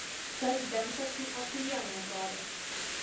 tas bemsas tai achujienai atrodo